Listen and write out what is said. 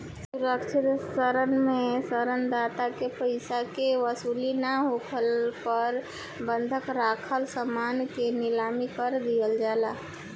सुरक्षित ऋण में ऋण दाता के पइसा के वसूली ना होखे पर बंधक राखल समान के नीलाम कर दिहल जाला